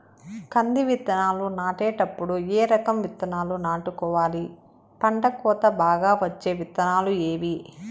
కంది విత్తనాలు నాటేటప్పుడు ఏ రకం విత్తనాలు నాటుకోవాలి, పంట కోత బాగా వచ్చే విత్తనాలు ఏవీ?